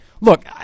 Look